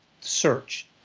search